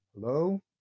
hello